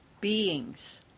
beings